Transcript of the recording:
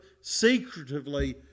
secretively